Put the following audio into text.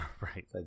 right